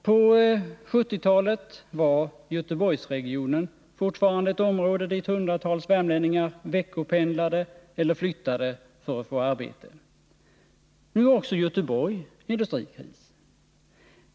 På 1970-talet var Göteborgsregionen fortfarande ett område dit hundratals värmlänningar veckopendlade eller flyttade för att få arbete. Nu har också Göteborg industrikris.